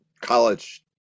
college